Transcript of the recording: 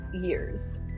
years